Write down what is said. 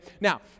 Now